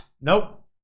Nope